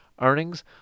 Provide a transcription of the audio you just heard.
earnings